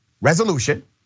resolution